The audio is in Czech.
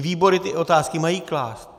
Výbory ty otázky mají klást.